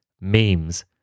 memes